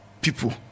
people